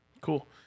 Cool